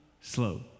slow